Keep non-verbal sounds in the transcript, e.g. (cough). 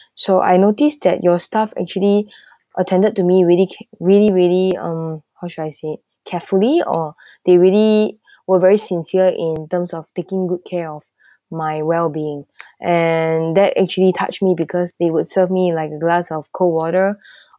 so I noticed that your staff actually (breath) attended to me really ca~ really really uh how should I say it carefully or (breath) they really were very sincere in terms of taking good care of (breath) my wellbeing and that actually touched me because they would serve me like glass of cold water